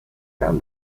down